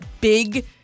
big